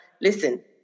listen